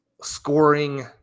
scoring